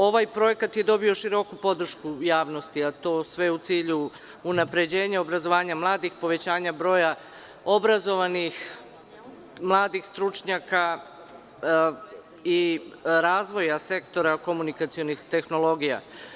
Ovaj projekat je dobio široku podršku javnosti, a to sve u cilju unapređenja obrazovanja mladih, povećanja broja obrazovanih mladih stručnjaka i razvoja sektora komunikacionih tehnologija.